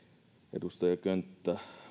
edustaja könttä